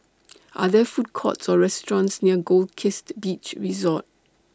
Are There Food Courts Or restaurants near Goldkist Beach Resort